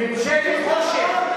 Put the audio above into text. ממשלת חושך.